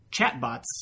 chatbots